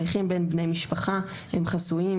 הם חסויים.